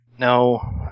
no